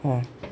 !wah!